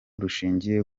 rushingiye